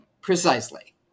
Precisely